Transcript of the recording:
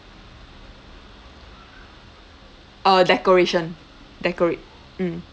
uh decoration decorate mm